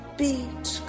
beat